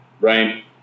Right